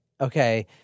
okay